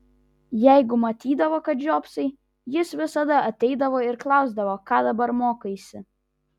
jeigu matydavo kad žiopsai jis visada ateidavo ir klausdavo ką dabar mokaisi